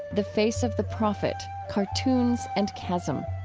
the face of the prophet cartoons and chasm.